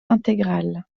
intégral